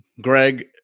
Greg